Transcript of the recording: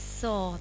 saw